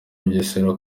bugesera